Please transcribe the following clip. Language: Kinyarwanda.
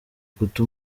guta